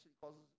causes